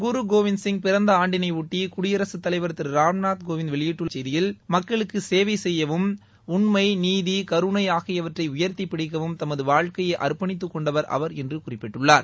குருகோவிந்த் சிங் சபிறந்த ஆண்டினையொட்டி குடியரசுத்தலைவர் திரு ராம்நாத் கோவிந்த் வெளியிட்டுள்ள செய்தியில் மக்களுக்கு சேவை செய்யவும் உண்மை நீதி கருணை ஆகியவற்றை உயர்த்தி பிடிக்கவும் தமது வாழ்க்கையை அர்ப்பணித்து கொண்டவர் அவர் என்று குறிப்பிட்டுள்ளார்